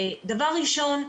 דבר ראשון,